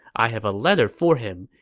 i have a letter for him.